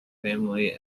family